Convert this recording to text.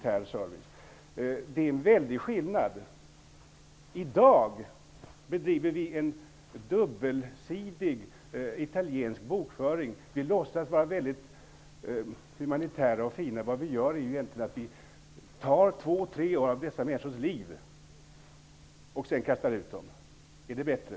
Det är en väldig skillnad. Vi bedriver i dag en dubbelsidig italiensk bokföring. Vi låtsas vara humanitära och fina. Men egentligen tar vi två tre år av dessa människors liv för att sedan kasta ut dem. Är det bättre?